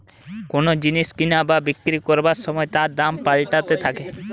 কোন জিনিস কিনা বা বিক্রি করবার সময় তার দাম পাল্টাতে থাকে